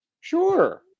Sure